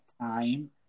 time